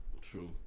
True